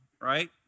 right